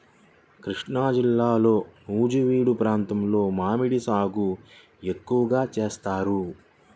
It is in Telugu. కృష్ణాజిల్లాలో నూజివీడు ప్రాంతంలో మామిడి సాగు ఎక్కువగా చేస్తారు